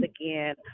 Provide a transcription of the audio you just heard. again